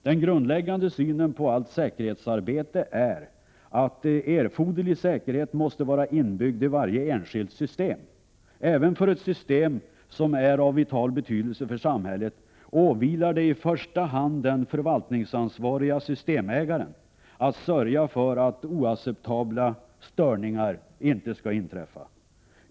Den grundläggande synen på allt säkerhetsarbete är att erforderlig säkerhet måste vara inbyggd i varje enskilt system. Även när det gäller ett system som är av vital betydelse för samhället, åvilar det i första hand den förvaltningsansvariga systemägaren att sörja för att oacceptabla störningar inte skall inträffa.